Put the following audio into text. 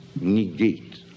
negate